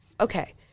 Okay